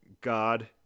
God